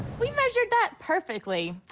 we measured that perfectly.